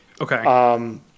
Okay